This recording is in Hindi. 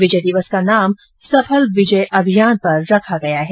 विजय दिवस का नाम सफल विजय अभियान पर रखा गया है